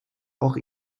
auch